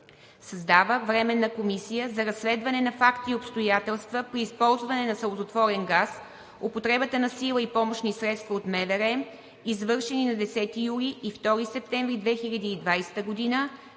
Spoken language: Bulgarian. Създава Временна комисия за разследване на факти и обстоятелства при използване на сълзотворен газ, употребата на сила и помощни средства от МВР, извършени на 10 юли и 2 септември 2020 г.